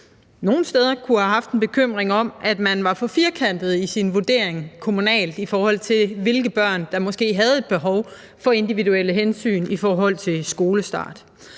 nogle steder have en bekymring for, at man var for firkantet i sin vurdering kommunalt, i forhold til hvilke børn der måske havde et behov for individuelle hensyn i forhold til skolestart.